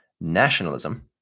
nationalism